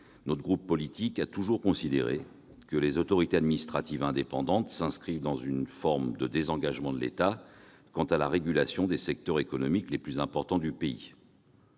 notre groupe politique a toujours considéré que la création des autorités administratives indépendantes s'inscrivait dans une forme de désengagement de l'État quant à la régulation des secteurs économiques les plus importants du pays